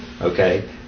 Okay